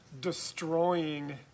destroying